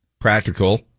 practical